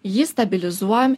jį stabilizuojam